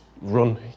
run